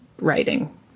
writing